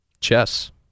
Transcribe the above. chess